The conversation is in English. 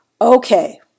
Okay